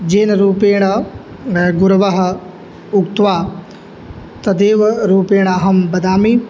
येन रूपेण गुरवः उक्त्वा तदेव रूपेण अहं वदामि